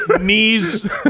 knees